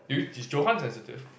is Johann sensitive